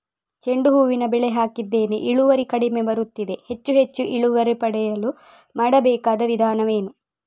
ಚೆಂಡು ಹೂವಿನ ಬೆಳೆ ಹಾಕಿದ್ದೇನೆ, ಇಳುವರಿ ಕಡಿಮೆ ಬರುತ್ತಿದೆ, ಹೆಚ್ಚು ಹೆಚ್ಚು ಇಳುವರಿ ಪಡೆಯಲು ಮಾಡಬೇಕಾದ ವಿಧಾನವೇನು?